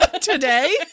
Today